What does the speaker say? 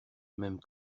même